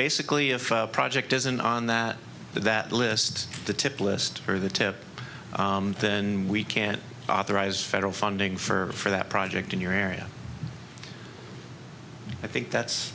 basically if a project isn't on that that lists the tip list or the tip then we can authorize federal funding for that project in your area i think that's